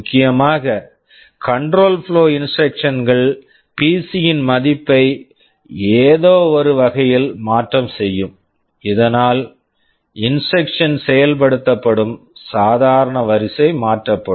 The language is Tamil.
முக்கியமாக control flow control flow instructions Instructions கள் பிசி PC யின் மதிப்பை ஏதோவொரு வகையில் மாற்றம் செய்யும் இதனால் இன்ஸ்ட்ரக்க்ஷன் Instruction செயல்படுத்தப்படும் சாதாரண வரிசை மாற்றப்படும்